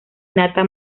nata